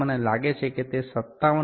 તેથી મને લાગે છે કે તે 57